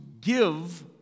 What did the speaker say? give